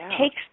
takes